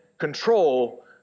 control